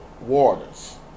waters